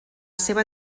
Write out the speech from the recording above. seva